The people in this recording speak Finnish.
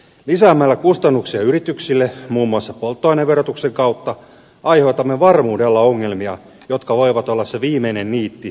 lisäämällä kustannuksia yrityksille muun muassa polttoaineverotuksen kautta aiheutamme varmuudella ongelmia jotka voivat olla se viimeinen niitti yrittäjän arkkuun